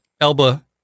Elba